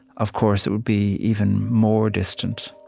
of course, it would be even more distant.